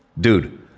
Dude